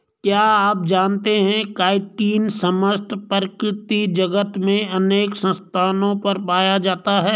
क्या आप जानते है काइटिन समस्त प्रकृति जगत में अनेक स्थानों पर पाया जाता है?